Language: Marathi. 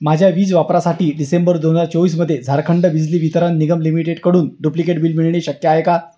माझ्या वीज वापरासाठी डिसेंबर दोन हजार चोवीसमध्ये झारखंड बिजली वितरण निगम लिमिटेडकडून डुप्लिकेट बिल मिळणे शक्य आहे का